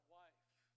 wife